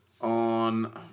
on